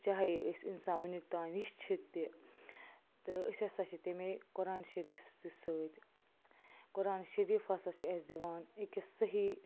چاہے أسۍ اِنسان وٕنیُک تام تہِ تہٕ أسۍ ہَسا چھِ تَمے قرآنہِ شریٖف سٕے سۭتۍ قرآنہِ شریٖف ہَسا چھُ اَسہِ دِوان أکِس صحیح